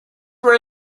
were